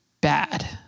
bad